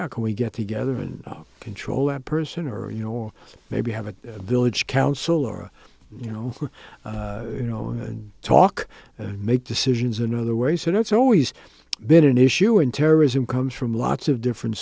out can we get together and control that person or you know or maybe have a village council or you know or you know and talk make decisions another way so that's always been an issue in terrorism comes from lots of different